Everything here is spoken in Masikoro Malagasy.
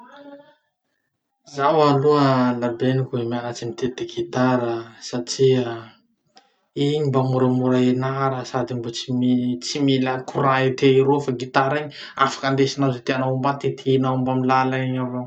Zaho aloha la benoky mianatsy mititiky gitara satria igny mba moramora enara sady mbo tsy mi- tsy mila courant ety eroa fa gitara iny, afaky indesinao ze tianao hombà titinao mbamy lala iny avao.